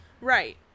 right